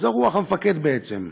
זו רוח המפקד, בעצם.